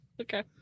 Okay